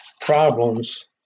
problems